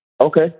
Okay